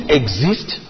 exist